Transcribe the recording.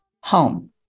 home